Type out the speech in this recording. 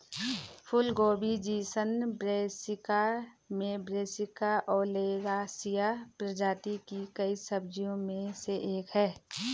फूलगोभी genus Brassica में Brassica oleracea प्रजाति की कई सब्जियों में से एक है